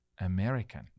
American